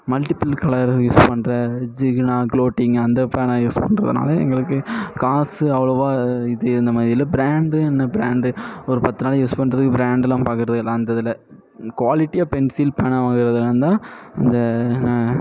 multiple colour use பண்ணுற ஜிகுனா clothing அந்த பேனா யூஸ் பண்ணுறதுனால எங்களுக்கு காசு அவ்வளோவா இது இந்தமாதிரி இல்லை ப்ராண்டு என்ன ப்ராண்டு ஒரு பத்து நாளைக்கு யூஸ் பண்ணுறதுக்கு ப்ராண்டெலாம் பார்க்கறது இல்லை அந்த இதில் குவாலிட்டியாக பென்சில் பேனா வாங்கிறதுலாந்தான் இந்த ந